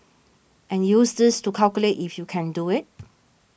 and use this to calculate if you can do it